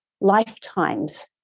lifetimes